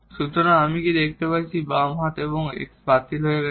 সুতরাং আমরা কি দেখতে পাচ্ছি বাম হাত এই x বাতিল হয়ে গেছে